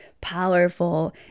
powerful